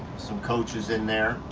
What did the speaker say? some coaches in there